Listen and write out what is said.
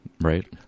right